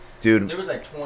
Dude